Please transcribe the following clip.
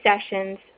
sessions